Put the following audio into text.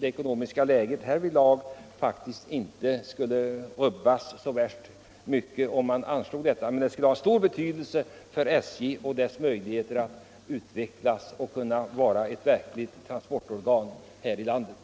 Budgetläget skulle således inte rubbas så värst mycket om detta belopp anslogs, men det skulle ha stor betydelse för SJ och dess möjligheter att utvecklas till ett verkligt effektivt transportorgan här i landet.